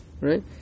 right